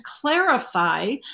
clarify